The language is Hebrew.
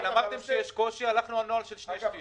אמרתם שיש קושי, אז הלכנו על נוהל של שני שליש.